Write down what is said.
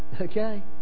Okay